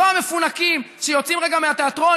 לא המפונקים שיוצאים רגע מהתיאטרון,